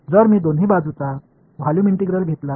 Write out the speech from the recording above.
जर मी दोन्ही बाजूंचा व्हॉल्यूम इंटिग्रल घेतला तर